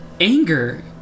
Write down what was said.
anger